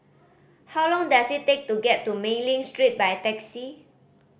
how long does it take to get to Mei Ling Street by taxi